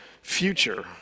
future